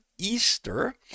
easter